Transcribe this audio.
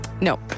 No